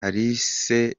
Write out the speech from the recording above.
alice